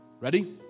Ready